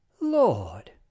Lord